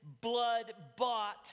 blood-bought